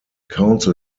council